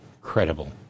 credible